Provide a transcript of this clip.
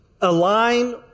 Align